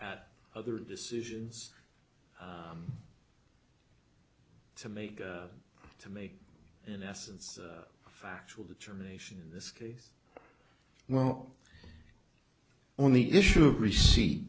at other decisions to make to make in essence a factual determination in this case well on the issue of receipt